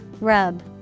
Rub